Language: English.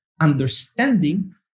Understanding